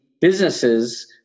businesses